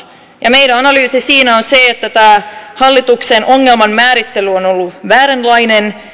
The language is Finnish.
ja meidän analyysimme siinä on se että tämä hallituksen ongelmanmäärittely on ollut vääränlainen